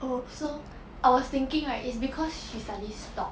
so I was thinking right is because she suddenly stop